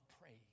praise